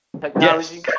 Technology